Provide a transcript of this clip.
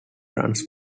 runs